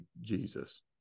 Jesus